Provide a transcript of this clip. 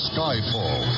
Skyfall